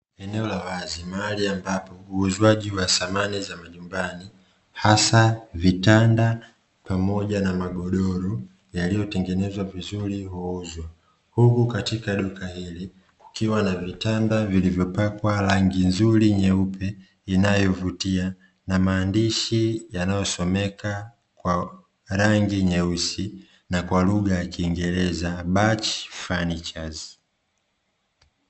Eneo la wazi mahali ambapo uuzwaji wa samani za majumbani, hasa vitanda pamoja na magodoro yaliyotengenezwa vizuri huuzwa; huku katika duka hili kukiwa na vitanda vilivyopakwa rangi nzuri nyeupe inayovutia, na maandishi yanayosomeka kwa rangi nyeusi na kwa lugha ya kiingereza "BACH FURNITURES".